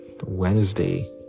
wednesday